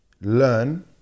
learn